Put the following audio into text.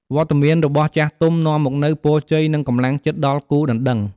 វត្តមានរបស់ចាស់ទុំនាំមកនូវ ពរជ័យ និង កម្លាំងចិត្ត ដល់គូដណ្ដឹង។